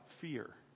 fear